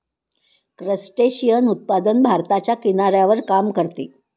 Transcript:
crustacean उत्पादन भारताच्या किनाऱ्यावर काम करते